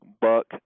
buck